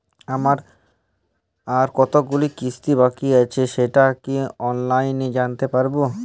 আমার আর কতগুলি কিস্তি বাকী আছে সেটা কি অনলাইনে জানতে পারব?